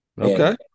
Okay